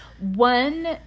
one